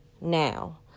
now